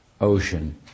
ocean